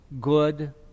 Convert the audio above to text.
good